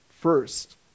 first